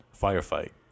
firefight